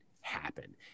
happen